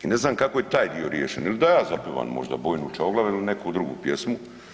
I ne znam kako je taj dio riješen ili da ja zapivam možda bojnu Čavoglave ili neku drugu pjesmu.